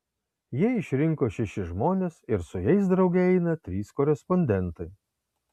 jie išrinko šešis žmones ir su jais drauge eina trys korespondentai